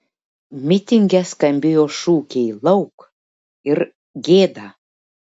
mitinge skambėjo šūkiai lauk ir gėda